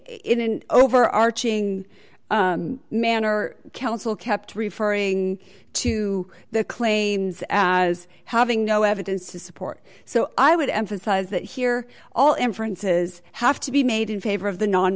an over arching manner counsel kept referring to the claims as having no evidence to support so i would emphasize that here all inferences have to be made in favor of the